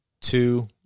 two